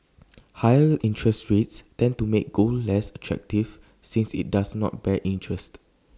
higher interest rates tend to make gold less attractive since IT does not bear interest